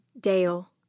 dale